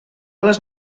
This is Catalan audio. les